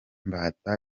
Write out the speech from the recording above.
imbata